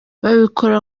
babikora